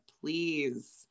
Please